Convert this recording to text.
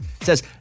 Says